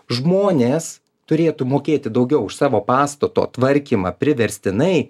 žmonės turėtų mokėti daugiau už savo pastato tvarkymą priverstinai